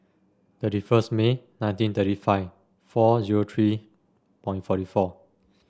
thirty first May nineteen thirty five four zero three point forty four